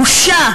בושה